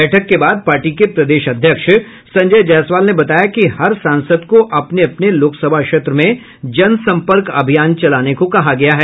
बैठक के बाद पार्टी के प्रदेश अध्यक्ष संजय जायसवाल ने बताया कि हर सांसद को अपने अपने लोकसभा क्षेत्र में जन सम्पर्क अभियान चलाने को कहा गया है